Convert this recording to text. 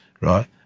right